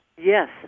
Yes